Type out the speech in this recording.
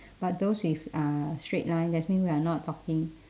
but those with uh straight line that's mean we are not talking